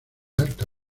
alta